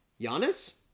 Giannis